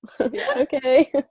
okay